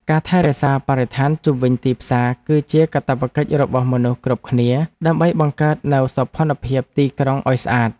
ការថែរក្សាបរិស្ថានជុំវិញទីផ្សារគឺជាកាតព្វកិច្ចរបស់មនុស្សគ្រប់គ្នាដើម្បីបង្កើតនូវសោភ័ណភាពទីក្រុងឱ្យស្អាត។